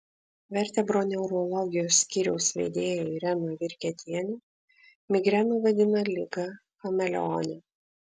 vertebroneurologijos skyriaus vedėja irena virketienė migreną vadina liga chameleone